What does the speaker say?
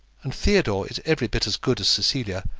and theodore is every bit as good as cecilia,